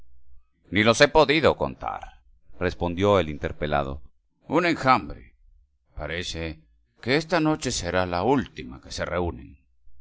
ni los he podido contar respondió el interpelado un enjambre parece que esta noche será la última que se reúnen